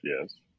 yes